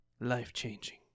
life-changing